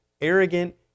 arrogant